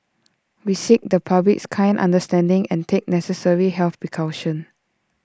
we seek the public's kind understanding and take necessary health precautions